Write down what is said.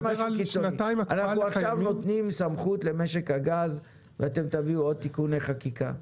אנחנו עכשיו נותנים סמכות למשק הגז ואתם תביאו עוד תיקוני חקיקה,